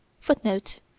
Footnote